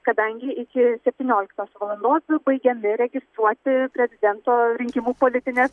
kadangi iki septynioliktos valandos jau baigiami registruoti prezidento rinkimų politinės